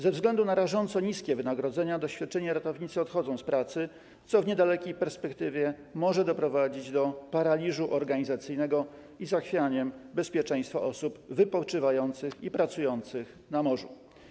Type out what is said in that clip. Ze względu na rażąco niskie wynagrodzenia doświadczeni ratownicy odchodzą z pracy, co w niedalekiej perspektywie może doprowadzić do paraliżu organizacyjnego i zachwiania bezpieczeństwa osób wypoczywających i pracujących na morzu.